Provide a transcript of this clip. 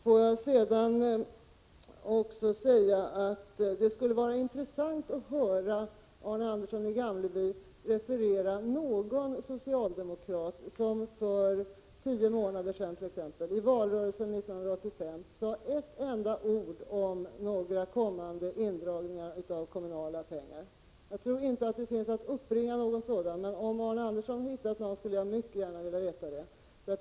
Låt mig också säga att det skulle vara intressant att höra Arne Andersson i Gamleby referera någon socialdemokrat som för t.ex. tio månader sedan, i valrörelsen 1985, sade ett enda ord om några kommande indragningar av kommunala pengar. Jag tror inte att det finns någon sådan att uppbringa, men om Arne Andersson kan hitta någon så skulle jag mycket gärna vilja veta det.